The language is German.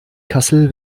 kassel